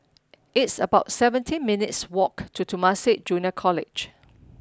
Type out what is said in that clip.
it's about seventeen minutes' walk to Temasek Junior College